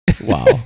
Wow